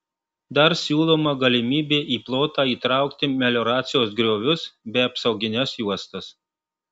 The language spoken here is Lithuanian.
dar siūloma galimybė į plotą įtraukti melioracijos griovius bei apsaugines juostas